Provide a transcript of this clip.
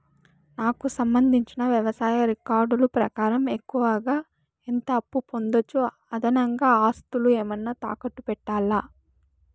నాకు సంబంధించిన వ్యవసాయ రికార్డులు ప్రకారం ఎక్కువగా ఎంత అప్పు పొందొచ్చు, అదనంగా ఆస్తులు ఏమన్నా తాకట్టు పెట్టాలా?